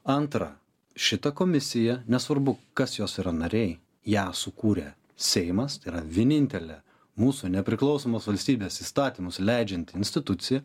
antra šita komisija nesvarbu kas jos nariai ją sukūrė seimas yra vienintelė mūsų nepriklausomos valstybės įstatymus leidžianti institucija